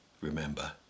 remember